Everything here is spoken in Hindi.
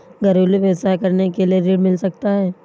घरेलू व्यवसाय करने के लिए ऋण मिल सकता है?